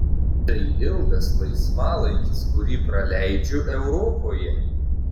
tai ilgas laisvalaikis kurį praleidžiu europoje